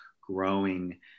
growing